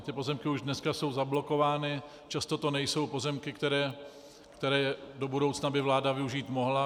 Ty pozemky už dneska jsou zablokovány, často to nejsou pozemky, které do budoucna by vláda využít mohla.